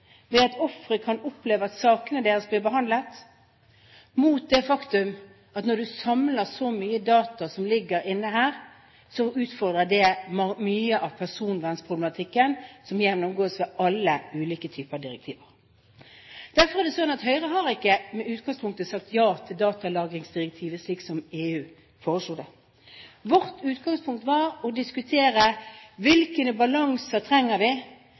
ved at de etterforskes og finnes, og at ofre kan oppleve at sakene deres blir behandlet, mot det faktum at når man samler så mye data som ligger inne her, så utfordrer det mye av personvernproblematikken, som gjennomgås ved alle ulike typer direktiv. Derfor har ikke Høyre i utgangspunktet sagt ja til datalagringsdirektivet slik EU foreslo det. Vårt utgangspunkt var å diskutere hvilken balanse vi trenger mellom personvernsikringen og det vi